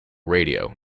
radio